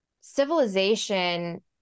civilization